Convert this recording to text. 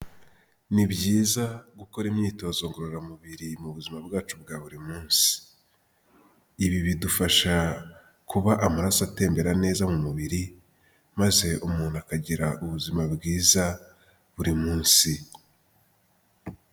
Ni byiza gukora imyitozo ngororamubiri mu buzima bwacu bwa buri munsi. Ibi bidufasha kuba amaraso atembera neza mu mubiri, maze umuntu akagira ubuzima bwiza, buri munsi.